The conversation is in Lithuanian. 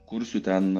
kursiu ten